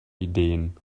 ideen